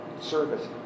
service